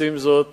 עושים זאת